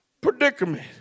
predicament